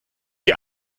ihr